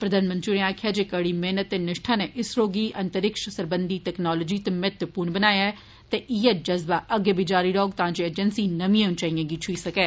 प्रधानमंत्री होरें आखेया जे कड़ी मेहनत ते निष्ठा नै इजरो गी अंतरिक्ष सरबंधी तकनालोजी इच महत्वपूर्ण बनाया ऐ ते इययै जज्बा अग्गै गी जारी रौहग तां जे अजेंसी नमिए उच्चाइएं गी छुई सकै